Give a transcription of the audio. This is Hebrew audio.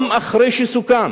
גם אחרי שסוכם